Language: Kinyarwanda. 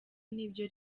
n’ibyo